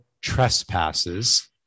trespasses